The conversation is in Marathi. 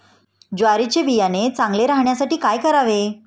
ज्वारीचे बियाणे चांगले राहण्यासाठी काय करावे?